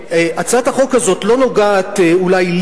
הצעת החוק הזו אולי לא נוגעת לי.